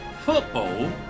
Football